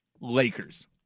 Lakers